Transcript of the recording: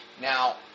Now